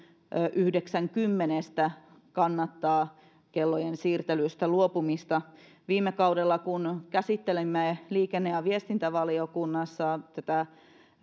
yhdeksän kymmenestä kannattaa kellojen siirtelystä luopumista viime kaudella kun käsittelimme liikenne ja viestintävaliokunnassa tätä